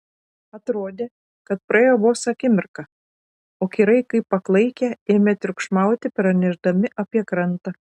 atrodė kad praėjo vos akimirka o kirai kaip paklaikę ėmė triukšmauti pranešdami apie krantą